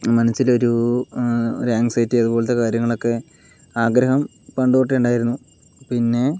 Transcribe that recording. മനസ്സിലൊരു ഒരു ആങ്സൈറ്റി അതുപോലത്തെ കാര്യങ്ങളൊക്കെ ആഗ്രഹം പണ്ട് തൊട്ടേ ഉണ്ടായിരുന്നു പിന്നെ